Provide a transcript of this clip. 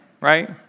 Right